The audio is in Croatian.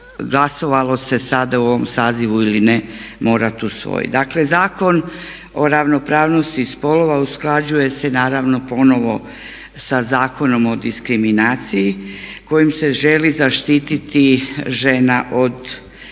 glasovalo se sada u ovom sazivu ili ne morat usvojit. Dakle, Zakon o ravnopravnosti spolova usklađuje se naravno ponovno sa Zakonom o diskriminaciji kojim se želi zaštiti žena od